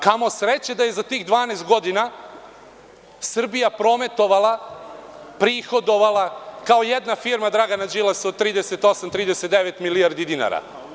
Kamo sreće da je za tih 12 godina Srbija prometovala, prihodovala kao jedna firma Dragana Đilasa od 38 -39milijardi dinara.